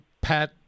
Pat